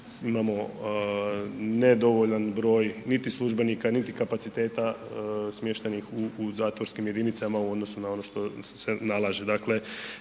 imamo ne dovoljan broj niti službenika niti kapaciteta smještenih u zatvorskim jedinicama u odnosu na ono što se nalaže.